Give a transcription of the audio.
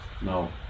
No